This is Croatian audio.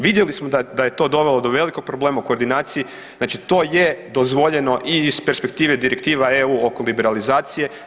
Vidjeli smo da je to dovelo do velikog problema u koordinaciji, znači to je dozvoljeno i iz perspektive direktiva EU oko liberalizacije.